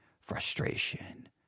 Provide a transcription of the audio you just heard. frustration